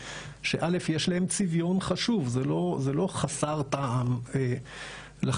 שא' יש להם צביון חשוב זה לא חסר טעם לחלוטין,